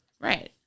Right